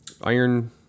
Iron